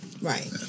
Right